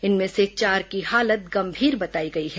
इनमें से चार की हालत गंभीर बताई गई है